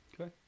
okay